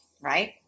right